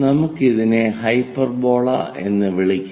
നമുക്ക് ഇതിനെ ഹൈപ്പർബോള എന്ന് വിളിക്കാം